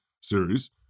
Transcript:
series